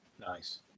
Nice